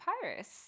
papyrus